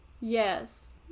Yes